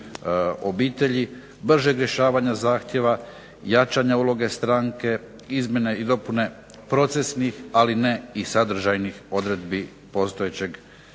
obitelji, bržeg rješavanja zahtjeva, jačanja uloge stranke, izmjene i dopune procesnih, ali ne i sadržajnih odredbi postojećeg